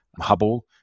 Hubble